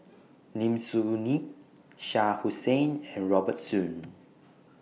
Lim Soo Ngee Shah Hussain and Robert Soon